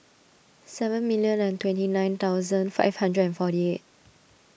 seven million and twenty nine thousand five hundred and forty eight